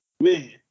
man